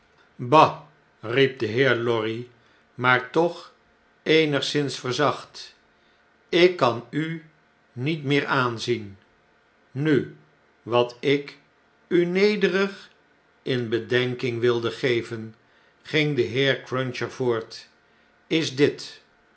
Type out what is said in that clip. bah riep de heer lorry maar toch eenigszins verzacht ik kan u niet meer aanzien nu wat ik u nederig in bedenking wilde geven ging de heer cruncher voort b is dit